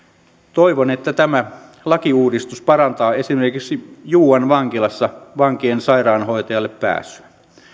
toivon että tämä lakiuudistus parantaa esimerkiksi juuan vankilassa vankien sairaanhoitajalle pääsyä